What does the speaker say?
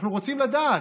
אנחנו רוצים לדעת.